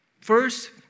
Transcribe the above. First